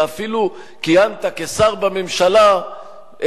ואפילו כיהנת כשר בממשלה,